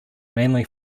mainly